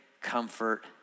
comfort